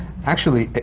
actually,